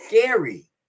scary